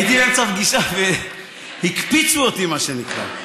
הייתי באמצע פגישה והקפיצו אותי, מה שנקרא,